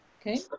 okay